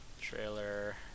trailer